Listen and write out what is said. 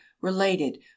related